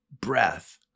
breath